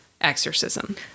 exorcism